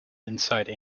inside